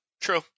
True